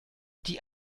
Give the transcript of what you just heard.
die